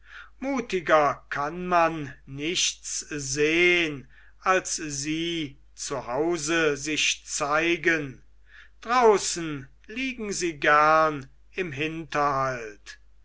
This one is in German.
mutiger kann man nichts sehn als sie zu hause sich zeigen draußen liegen sie gern im hinterhalt